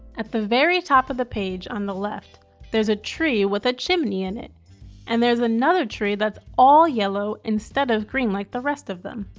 at the very top of the page on the left there's a tree with a chimney in it and there's another tree that's all yellow instead of green like the rest of them.